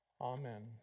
Amen